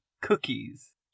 cookies